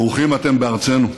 ברוכים אתם בארצנו,